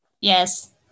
Yes